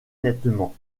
nettement